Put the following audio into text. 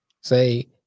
say